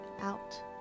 out